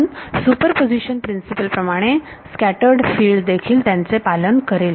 म्हणून superposition principle प्रमाणे scattered field देखील त्यांचे पालन करेल